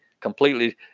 completely